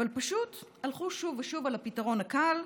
אבל פשוט הלכו שוב ושוב אל הפתרון הקל,